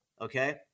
okay